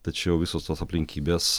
tačiau visos tos aplinkybės